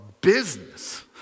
business